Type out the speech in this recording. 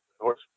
horse